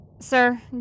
Sir